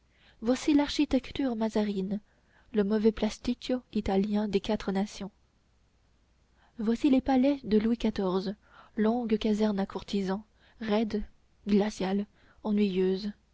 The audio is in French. voici l'architecture mazarine le mauvais pasticcio italien des quatre nations voici les palais de louis xiv longues casernes à courtisans roides glaciales ennuyeuses